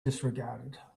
disregarded